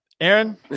aaron